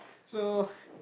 so